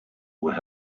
were